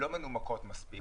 לא מנומקות מספיק.